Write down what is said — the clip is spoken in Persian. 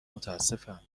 متاسفم